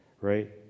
right